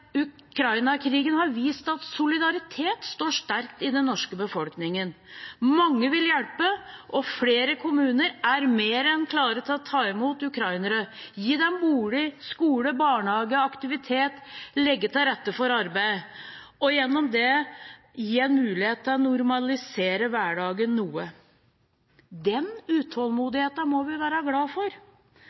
har vist at solidaritet står sterkt i den norske befolkningen. Mange vil hjelpe, og flere kommuner er mer enn klare til å ta imot ukrainere – gi dem bolig, skole, barnehage, aktivitet, legge til rette for arbeid og gjennom det gi en mulighet til å normalisere hverdagen noe. Den utålmodigheten må vi være glad for,